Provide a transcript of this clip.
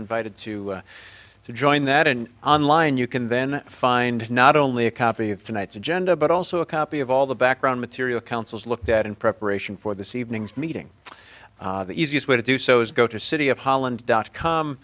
invited to join that and on line you can then find not only a copy of tonight's agenda but also a copy of all the background material councils looked at in preparation for this evening's meeting the easiest way to do so is go to city of holland dot com